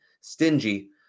stingy